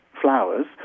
flowers